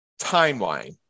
timeline